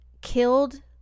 killed